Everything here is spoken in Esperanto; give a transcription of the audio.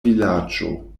vilaĝo